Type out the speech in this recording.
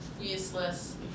useless